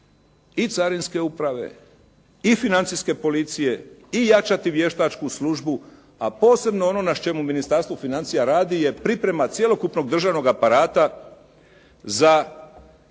i carinske uprave i financijske policije i jačati vještačku službu, a posebno ono na čemu Ministarstvo financija radi je priprema cjelokupnog državnog aparata za